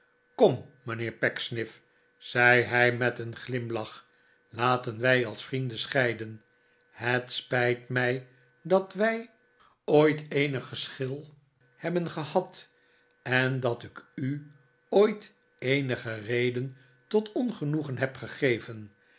kom mijnheer pecksniff zei hij met een glimlach laten wij als vrienden scheiden het spijt mij dat wij ooit eenig geschil hebben gehad en dat ik u ooit eenige reden tot ongenoegen heb gegeven